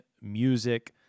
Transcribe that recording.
music